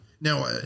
Now